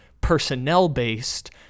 personnel-based